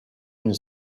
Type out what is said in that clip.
une